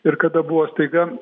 ir kada buvo staiga